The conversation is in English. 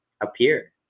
appear